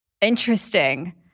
Interesting